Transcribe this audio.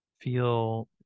Feel